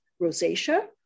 rosacea